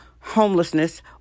homelessness